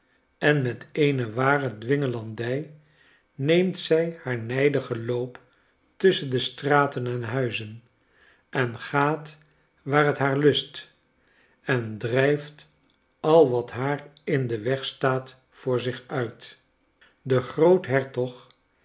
en met eene ware dwingekmdij neemt zij haar nijdigen loop tusschen straten en huizen en gaat waar het haar lust en drijft al wat haar in den weg staat voor zich uit de groothertog